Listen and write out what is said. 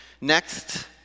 Next